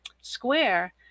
square